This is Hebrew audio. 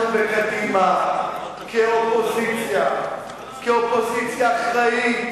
אנחנו בקדימה, כאופוזיציה, כאופוזיציה אחראית,